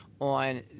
on